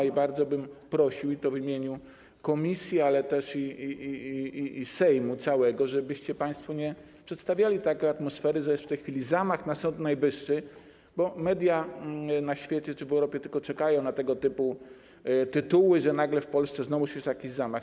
I bardzo bym prosił - w imieniu komisji, ale też całego Sejmu - żebyście państwo nie przedstawiali takiej atmosfery, że jest w tej chwili zamach na Sąd Najwyższy, bo media na świecie czy w Europie tylko czekają na tego typu tytuły, że nagle w Polsce znowu jest jakiś zamach.